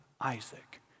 Isaac